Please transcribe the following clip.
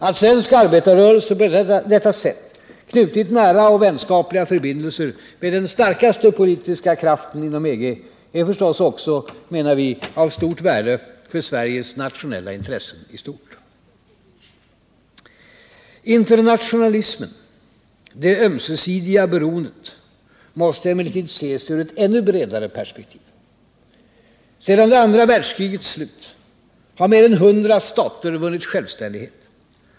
Att svensk arbetarrörelse på detta sätt knutit nära och vänskapliga förbindelser med den starkaste politiska kraften inom EG är förstås också, menar vi, av stort värde för Sveriges nationella intressen i stort. Internationalismen, det ömsesidiga beroendet, måste emellertid ses ur ett ännu bredare perspektiv. Sedan det andra världskrigets slut, har mer än 100 stater vunnit självständighet.